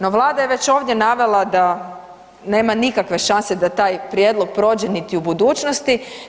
No, Vlada je već ovdje navela da nema nikakve šanse da taj prijedlog prođe niti u budućnosti.